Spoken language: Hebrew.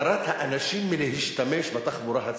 הדרת האנשים מלהשתמש בתחבורה הציבורית.